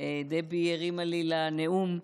דבי הרימה לי לנאום.